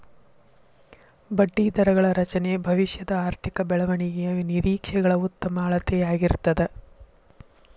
ಬಡ್ಡಿದರಗಳ ರಚನೆ ಭವಿಷ್ಯದ ಆರ್ಥಿಕ ಬೆಳವಣಿಗೆಯ ನಿರೇಕ್ಷೆಗಳ ಉತ್ತಮ ಅಳತೆಯಾಗಿರ್ತದ